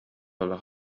олох